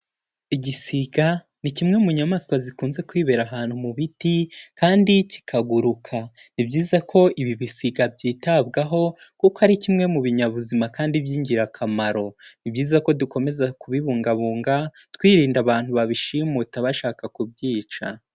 Igisiga ni kimwe mu nyamaswa zikunze kwibera ahantu mu biti kandi kikaguruka, ni byiza ko ibi bisiga byitabwaho kuko ari kimwe mu binyabuzima kandi b'ingirakamaro, ni byiza ko dukomeza kubibungabunga, twirinda abantu babishimuta bashaka kubyica.